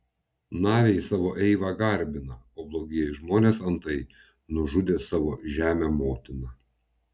naviai savo eivą garbina o blogieji žmonės antai nužudė savo žemę motiną